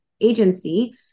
agency